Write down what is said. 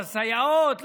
לסייעות,